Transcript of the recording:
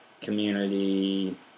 community